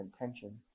intention